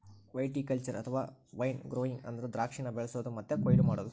viticulture ಅಥವಾ wine growing ಅಂದ್ರ ದ್ರಾಕ್ಷಿನ ಬೆಳಿಸೊದು ಮತ್ತೆ ಕೊಯ್ಲು ಮಾಡೊದು